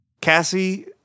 Cassie